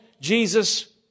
Jesus